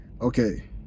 Okay